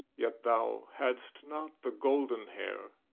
yet thou hadst not the golden hair,